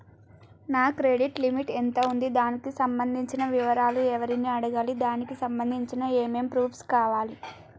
నా credit limit ఎంత ఉంది? దానికి సంబంధించిన వివరాలు ఎవరిని అడగాలి? దానికి సంబంధించిన ఏమేం ప్రూఫ్స్ కావాలి?